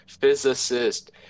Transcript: Physicist